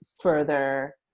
further